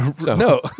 No